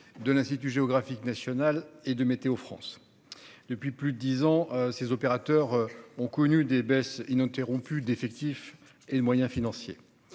de l'information géographique et forestière (IGN) et de Météo-France. Depuis plus de dix ans, ces opérateurs avaient connu des baisses ininterrompues d'effectifs et de moyens financiers.